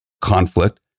conflict